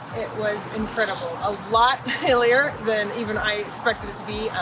it was incredible. a lot hillier than even i expected it to be.